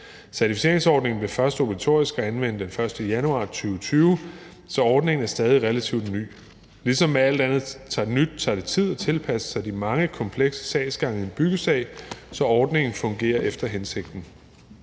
Certificeringsordningen blev først obligatorisk at anvende den 1. januar 2020, så ordningen er stadig relativt ny. Ligesom med alt andet nyt tager det tid at tilpasse sig de mange komplekse sagsgange i en byggesag, så ordningen kan fungere efter hensigten.